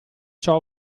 ciò